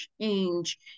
change